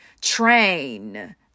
Train